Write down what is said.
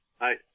Hi